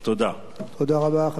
חבר הכנסת רוברט טיבייב,